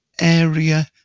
area